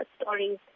stories